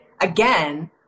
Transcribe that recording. again